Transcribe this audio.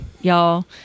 y'all